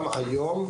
גם היום,